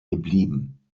geblieben